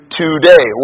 today